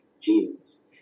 genes